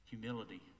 Humility